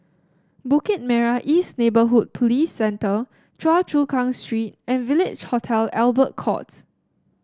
Bukit Merah East Neighbourhood Police Centre Choa Chu Kang Street and Village Hotel Albert Court